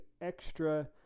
extra